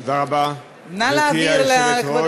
נא להעביר לכבוד